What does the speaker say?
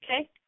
Okay